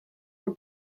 were